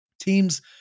Teams